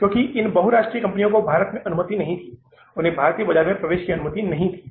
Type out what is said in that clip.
क्योंकि इन बहुराष्ट्रीय कंपनियों को भारत में अनुमति नहीं थी उन्हें भारतीय बाजार में प्रवेश करने की अनुमति नहीं थी